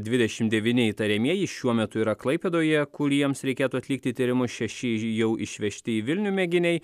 dvidešim devyni įtariamieji šiuo metu yra klaipėdoje kuriems reikėtų atlikti tyrimus šeši ir jau išvežti į vilnių mėginiai